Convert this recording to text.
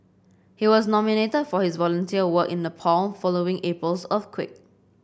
he was nominated for his volunteer work in Nepal following April's earthquake